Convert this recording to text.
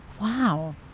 Wow